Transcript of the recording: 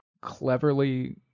cleverly